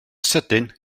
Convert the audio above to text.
sydyn